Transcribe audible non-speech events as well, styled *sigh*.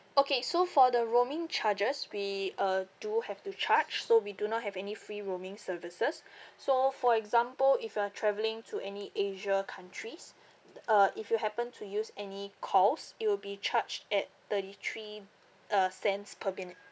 okay so for the roaming charges we uh do have to charge so we do not have any free roaming services so for example if you are travelling to any asia countries *noise* uh if you happen to use any calls it will be charged at thirty three uh cents per minute